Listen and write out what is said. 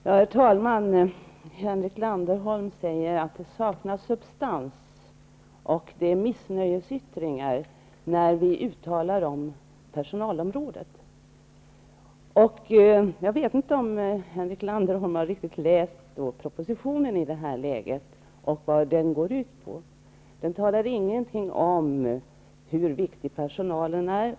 Herr talman! Henrik Landerholm sade att det saknas substans och att det är fråga om missnöjesyttringar när vi uttalar oss om personalområdet. Jag vet inte om Henrik Landerholm riktigt har läst det här avsnittet i propositionen och vad resonemanget där går ut på. I propositionen nämns ingenting om hur viktig personalen är.